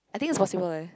I think it's possible eh